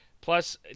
plus